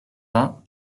vingt